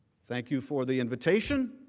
thank you for the invitation